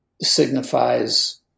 signifies